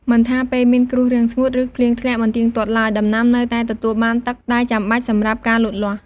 មិនថាពេលមានគ្រោះរាំងស្ងួត ឬភ្លៀងធ្លាក់មិនទៀងទាត់ឡើយ ដំណាំនៅតែទទួលបានទឹកដែលចាំបាច់សម្រាប់ការលូតលាស់។